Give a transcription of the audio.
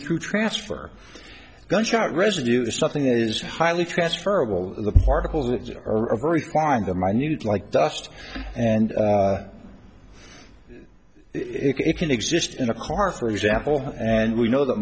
through transfer gunshot residue something that is highly transferable the particles that are required the minute like dust and it can exist in a car for example and we know th